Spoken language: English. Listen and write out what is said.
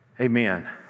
Amen